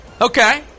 Okay